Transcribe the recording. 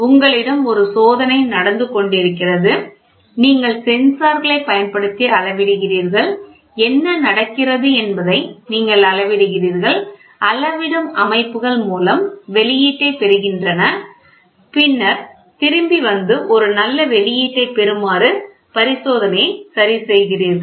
உங்களிடம் ஒரு சோதனை நடந்து கொண்டிருக்கிறது நீங்கள் சென்சார்களைப் பயன்படுத்தி அளவிடுகிறீர்கள் என்ன நடக்கிறது என்பதை நீங்கள் அளவிடுகிறீர்கள் அளவிடும் அமைப்புகள் மூலம் வெளியீட்டைப் பெறுகின்றன பின்னர் திரும்பி வந்து ஒரு நல்ல வெளியீட்டைப் பெறுமாறு பரிசோதனையை சரி செய்கிறீர்கள்